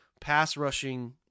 pass-rushing –